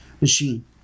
machine